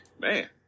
man